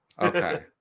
Okay